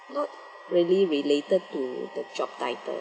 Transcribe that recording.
not really related to the job title